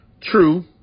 True